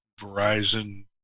Verizon